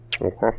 okay